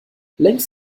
längs